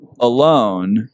Alone